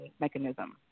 mechanism